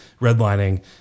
redlining